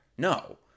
No